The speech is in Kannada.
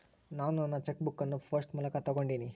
ನಾನು ನನ್ನ ಚೆಕ್ ಬುಕ್ ಅನ್ನು ಪೋಸ್ಟ್ ಮೂಲಕ ತೊಗೊಂಡಿನಿ